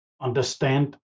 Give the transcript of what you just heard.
Understand